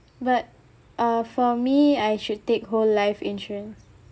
but uh for me I should take whole life insurance